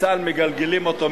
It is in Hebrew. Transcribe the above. בצה"ל מגלגלים אותו,